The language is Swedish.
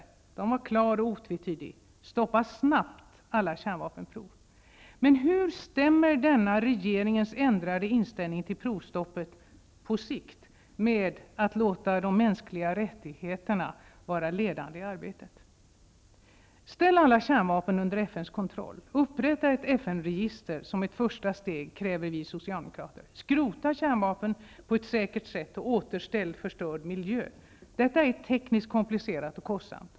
Budskapet i den var klart och otvetydigt: Stoppa snabbt alla kärnvapenprov! Men hur stämmer regeringens ändrade inställning till provstoppet på sikt med att man skall låta de mänskliga rättigheterna vara ledande i arbetet? Ställ alla kärnvapen under FN:s kontroll, och upprätta som ett första steg ett FN-register, kräver vi socialdemokrater. Skrota kärnvapen på ett säkert sätt, och återställ förstörd miljö. Detta är tekniskt komplicerat och kostsamt.